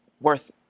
worth